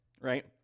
right